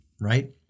right